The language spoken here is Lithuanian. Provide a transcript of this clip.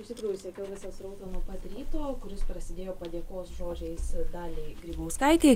iš tikrųjų sekiau visą srautą nuo pat ryto kuris prasidėjo padėkos žodžiais daliai grybauskaitei